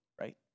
right